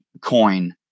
coin